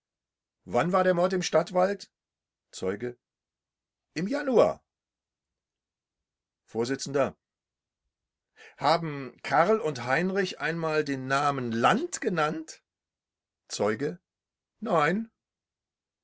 wann war der mord im stadtwald zeuge im januar vert haben karl und heinrich einmal den namen land genannt zeuge nein